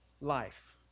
life